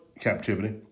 captivity